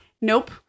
Nope